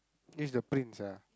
he is the prince ah